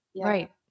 Right